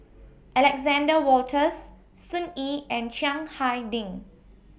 Alexander Wolters Sun Yee and Chiang Hai Ding